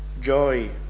Joy